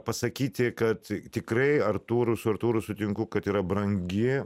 pasakyti kad tikrai artūru su artūru sutinku kad yra brangi